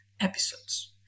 episodes